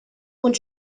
und